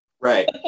Right